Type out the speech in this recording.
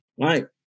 right